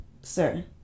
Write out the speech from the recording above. sir